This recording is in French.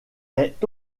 est